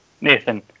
Nathan